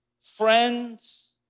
friends